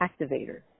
activator